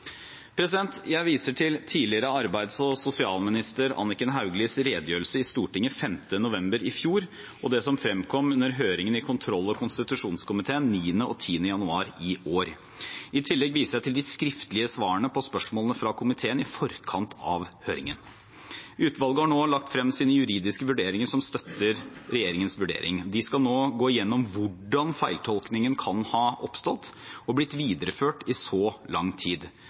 Jeg viser til tidligere arbeids- og sosialminister Anniken Hauglies redegjørelse i Stortinget 5. november i fjor og det som fremkom under høringen i kontroll- og konstitusjonskomiteen 9. og 10. januar i år. I tillegg viser jeg til de skriftlige svarene på spørsmålene fra komiteen i forkant av høringen. Utvalget har nå lagt frem sine juridiske vurderinger som støtter regjeringens vurdering. De skal nå gå gjennom hvordan feiltolkningen kan ha oppstått og blitt videreført i så lang tid